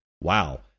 Wow